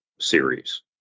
series